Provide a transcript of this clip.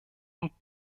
und